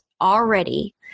already